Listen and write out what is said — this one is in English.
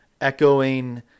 echoing